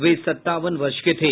वे सत्तावन वर्ष के थे